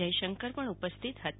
જયશંકર પણ ઉપસ્થિત હતા